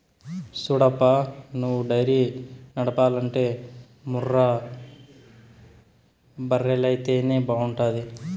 సూడప్పా నువ్వు డైరీ నడపాలంటే ముర్రా బర్రెలైతేనే బాగుంటాది